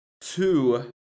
two